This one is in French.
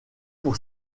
pour